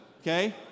okay